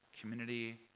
community